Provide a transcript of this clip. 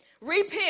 Repent